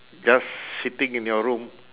just sitting in your room